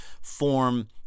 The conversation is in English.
form